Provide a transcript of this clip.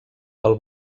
pel